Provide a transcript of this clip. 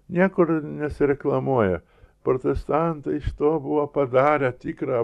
niekur nesireklamuoja protestantai iš to buvo padarę tikrą